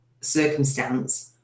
circumstance